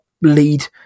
lead